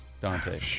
Dante